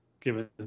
given